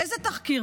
איזה תחקיר?